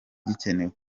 gikenewe